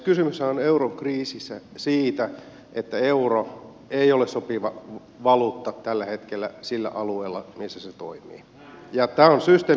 kysymyshän on eurokriisissä siitä että euro ei ole sopiva valuutta tällä hetkellä sillä alueella missä se toimii ja tämä on systeemin kriisi